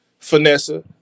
Vanessa